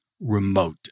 remote